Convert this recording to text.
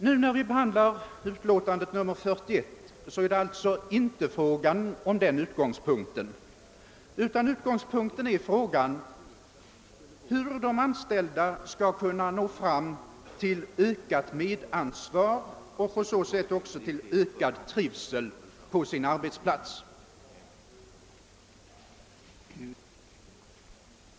Nu när vi behandlar utlåtande nr 41 är alltså utgångspunkten frågan hur de anställda skall kunna nå fram till ökat medansvar och på så sätt också till ökad trivsel på sin arbetsplats.